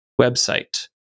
website